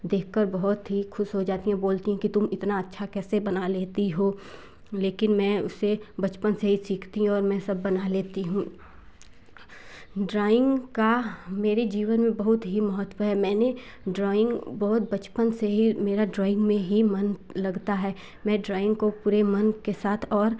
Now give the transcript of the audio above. देख कर बहुत ही खुश हो जाती हैं बोलती हैं कि तुम इतना अच्छा कैसे बना लेती हो लेकिन मैं उसे बचपन से ही सीखती और मैं सब बना लेती हूँ ड्राइंग का मेरे जीवन में बहुत ही महत्त्व है मैंने ड्राॅइंग बहुत बचपन से ही मेरा ड्राॅइंग में ही मन लगता है मैं ड्राॅइंग को पूरे मन के साथ और